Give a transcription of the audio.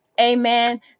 Amen